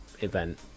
event